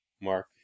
Mark